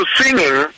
singing